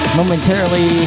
momentarily